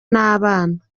n’abana